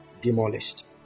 demolished